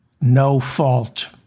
no-fault